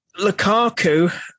Lukaku